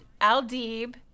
Al-Deeb